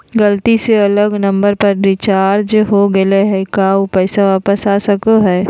गलती से अलग नंबर पर रिचार्ज हो गेलै है का ऊ पैसा वापस आ सको है?